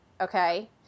okay